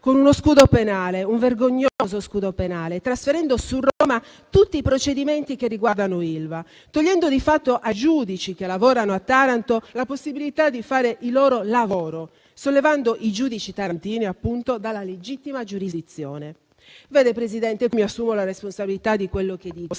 con uno scudo penale, un vergognoso scudo penale, trasferendo su Roma tutti i procedimenti che riguardano Ilva, togliendo di fatto ai giudici che lavorano a Taranto la possibilità di fare il loro lavoro, sollevando i giudici tarantini dalla legittima giurisdizione. Signor Presidente, mi assumo la responsabilità di quello che dico.